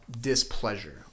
displeasure